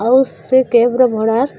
ଆଉ ସେ କ୍ୟାବ୍ର ଭଡ଼ା